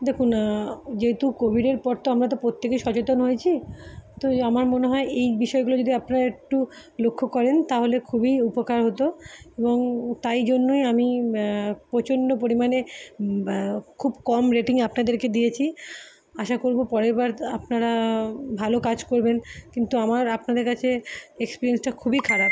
দেখুন যেহেতু কোভিডের পর তো আমরা তো প্রত্যেকেই সচেতন হয়েছি তো এ আমার মনে হয় এই বিষয়গুলো যদি আপনারা একটু লক্ষ্য করেন তাহলে খুবই উপকার হতো এবং তাই জন্যই আমি প্রচণ্ড পরিমাণে খুব কম রেটিংয়ে আপনাদেরকে দিয়েছি আশা করবো পরের বার আপনারা ভালো কাজ করবেন কিন্তু আমার আপনাদের কাছে এক্সপেরিয়েন্সটা খুবই খারাপ